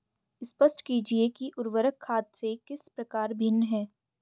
स्पष्ट कीजिए कि उर्वरक खाद से किस प्रकार भिन्न है?